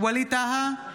ווליד טאהא,